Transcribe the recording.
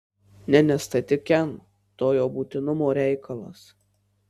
ne nes tai tik n tojo būtinumo reikalas